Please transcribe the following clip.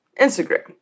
Instagram